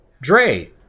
Dre